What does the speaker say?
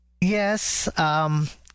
Yes